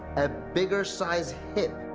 a bigger-sized hip,